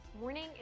morning